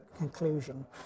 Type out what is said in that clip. Conclusion